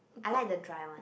I like the dry one